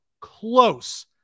close